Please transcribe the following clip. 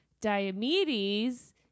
Diomedes